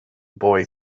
boy